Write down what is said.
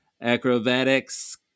Acrobatics